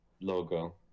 logo